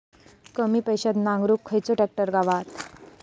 कमी पैशात नांगरुक खयचो ट्रॅक्टर गावात?